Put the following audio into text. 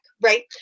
Right